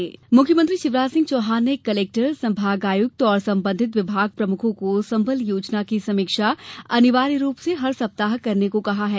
संबल समीक्षा मुख्यमंत्री शिवराज सिंह चौहान ने कलेक्टर संभागायुक्त और संबंधित विभाग प्रमुखों को संबल योजना की समीक्षा अनिवार्य रूप से हर सप्ताह करने को कहा है